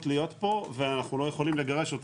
להיות פה ואנחנו לא יכולים לגרש אותו.